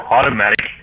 Automatic